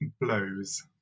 blows